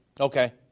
Okay